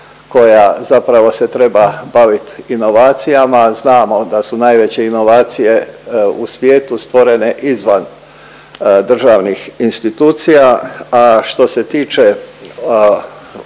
koja zapravo se treba bavit inovacijama, znamo da su najveće inovacije u svijetu stvorene izvan državnih institucija. A što se tiče ovih